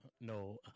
No